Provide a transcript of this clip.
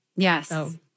Yes